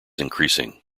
increasing